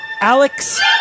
Alex